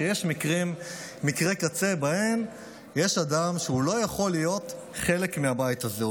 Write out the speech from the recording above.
שיש מקרי קצה שבהם יש אדם שלא יכול להיות חלק מהבית הזה,